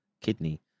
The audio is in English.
kidney